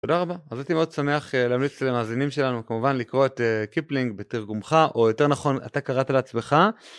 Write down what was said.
תודה רבה אז הייתי מאוד שמח להמליץ למאזינים שלנו כמובן לקרוא את קיפלינג בתרגומך או יותר נכון אתה קראת לעצמך.